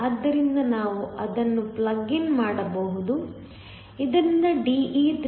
ಆದ್ದರಿಂದ ನಾವು ಅದನ್ನು ಪ್ಲಗ್ ಇನ್ ಮಾಡಬಹುದು ಇದರಿಂದ De 3